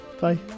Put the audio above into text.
Bye